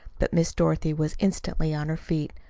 but miss dorothy was instantly on her feet.